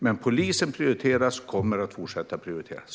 Men polisen prioriteras och kommer att fortsätta att prioriteras.